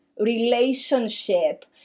relationship